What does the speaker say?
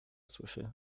słyszy